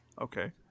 Okay